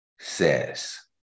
says